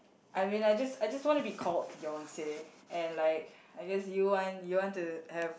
I when I just I just want to be called fiance and like I just you want you want to have